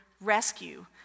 rescue